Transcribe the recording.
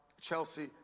Chelsea